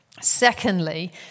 Secondly